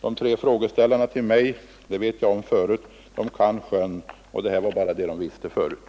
De tre frågeställarna — det vet jag om förut — kan sjön, och detta var bara vad de visste tidigare.